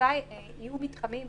יהיו מתחמים,